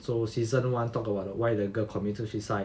so season one talk about why the girl committed suicide